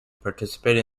participate